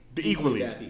Equally